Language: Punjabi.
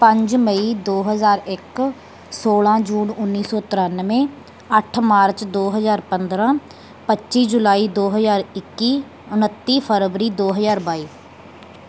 ਪੰਜ ਮਈ ਦੋ ਹਜ਼ਾਰ ਇੱਕ ਸੋਲ਼ਾਂ ਜੂਨ ਉੱਨੀ ਸੌ ਤਰਾਨਵੇਂ ਅੱਠ ਮਾਰਚ ਦੋ ਹਜ਼ਾਰ ਪੰਦਰਾਂ ਪੱਚੀ ਜੁਲਾਈ ਦੋ ਹਜ਼ਾਰ ਇੱਕੀ ਉਨੱਤੀ ਫਰਵਰੀ ਦੋ ਹਜ਼ਾਰ ਬਾਈ